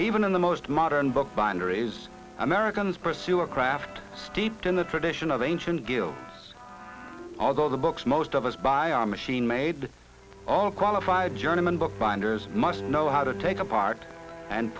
even in the most modern bookbinder is americans pursue a craft steeped in the tradition of ancient guilds although the books most of us by our machine made all qualified german bookbinders must know how to take apart and